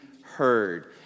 heard